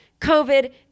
COVID